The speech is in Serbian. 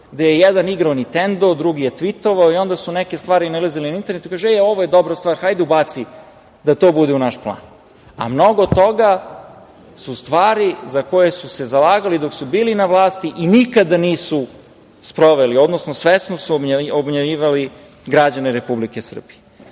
gde je jedan igrao Nitendo, drugi je tvitovao i onda su neke stvari nailazile na internet i kaže – e, ovo je dobra stvar, hajde ubaci, da to bude u naš plan. Mnogo toga su stvari za koje su se zalagali dok su bili na vlasti i nikada nisu sproveli, odnosno svesno su obmanjivali građane Republike Srbije.Za